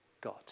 God